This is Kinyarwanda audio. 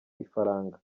ifaranga